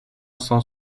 cent